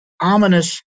ominous